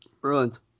Bruins